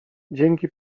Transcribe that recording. dzięki